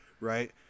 right